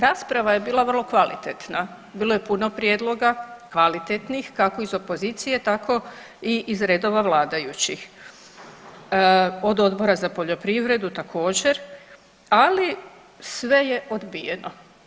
Rasprava je bila vrlo kvalitetna, bilo je puno prijedloga kvalitetnih, kako iz opozicije tako i iz redova vladajućih, od Odbora za poljoprivredu također, ali sve je odbijeno.